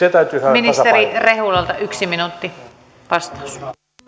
ministeri rehulalta vastaus yksi minuutti